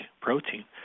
protein